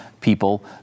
people